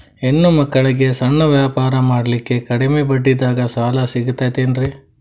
ಹೆಣ್ಣ ಮಕ್ಕಳಿಗೆ ಸಣ್ಣ ವ್ಯಾಪಾರ ಮಾಡ್ಲಿಕ್ಕೆ ಕಡಿಮಿ ಬಡ್ಡಿದಾಗ ಸಾಲ ಸಿಗತೈತೇನ್ರಿ?